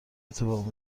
اتفاق